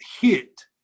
hit